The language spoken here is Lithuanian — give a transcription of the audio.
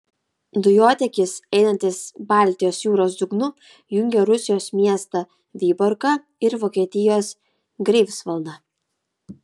dujotiekis einantis baltijos jūros dugnu jungia rusijos miestą vyborgą ir vokietijos greifsvaldą